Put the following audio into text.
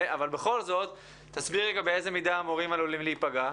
אבל בכל זאת תסביר באיזו מידה המורים עלולים להיפגע.